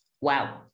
wow